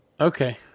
Okay